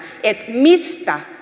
mistä